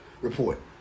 report